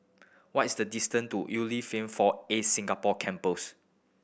what is the distance to Unilever Four Acres Singapore Campus